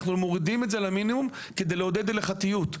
מורידים את זה למינימום כדי לעודד הליכתיות,